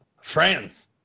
friends